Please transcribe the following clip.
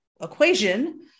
equation